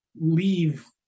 leave